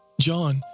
John